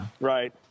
Right